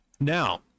Now